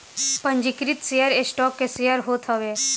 पंजीकृत share stock के share होत हवे